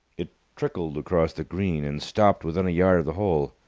it trickled across the green, and stopped within a yard of the hole.